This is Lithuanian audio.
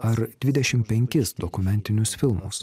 ar dvidešim penkis dokumentinius filmus